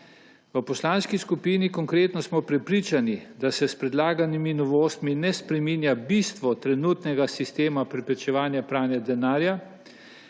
V Poslanski skupini Konkretno smo prepričani, da se s predlaganimi novostmi ne spreminja bistvo trenutnega sistema preprečevanja pranja denarja.